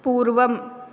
पूर्वम्